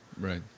Right